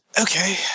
Okay